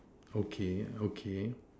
okay okay